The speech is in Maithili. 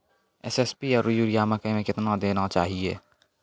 एस.एस.पी आरु यूरिया मकई मे कितना देना चाहिए?